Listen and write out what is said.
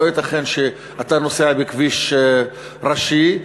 לא ייתכן שאתה נוסע בכביש ראשי,